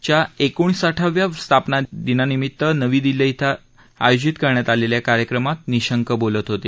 च्या एकोणसाठाव्या स्थापना दिवसानिमित्त नवी दिल्ली आयोजित केलेल्या कार्यक्रमात निशंक बोलत होते